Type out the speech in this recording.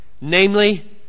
namely